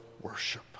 worship